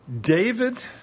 David